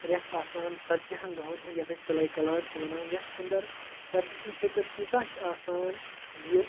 ریٚتھ آسان ژَتجی ہَن دۄہَن ہُنٛد یَتھ أسۍ چِلاے کَلان چھِ وَنان یَتھ انٛدر سردی ہٕنٛدۍ شِدَت ییٖژاہ چھِ آسان زِ